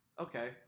Okay